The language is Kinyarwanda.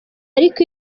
ariko